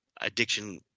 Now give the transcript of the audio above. addiction